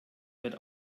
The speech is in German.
wird